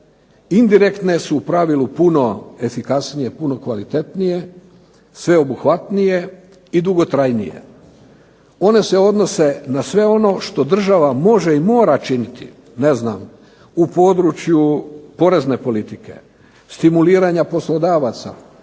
Indirektne su u pravilu puno efikasnije, puno kvalitetnije, sveobuhvatnije i dugotrajnije. One se odnose na sve ono što država može i mora činiti. Ne znam, u području porezne politike, stimuliranja poslodavaca